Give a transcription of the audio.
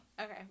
okay